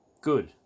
Good